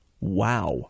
Wow